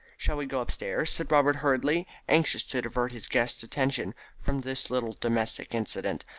shall we go upstairs? said robert hurriedly, anxious to divert his guest's attention from this little domestic incident.